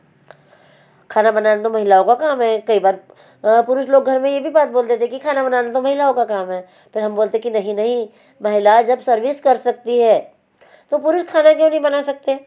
खाना बनाना तो महिलाओं का काम है कई बार पुरुष लोग घर में यह भी बात बोलते थे कि खाना बनाना महिलाओं का काम है फिर हम बोलते हैं कि नहीं नहीं महिलाएँ जब सर्विस कर सकती हैं तो पुरुष खाना क्यों नहीं बना सकते